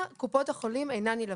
נכון.